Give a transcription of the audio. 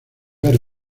haber